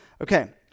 Okay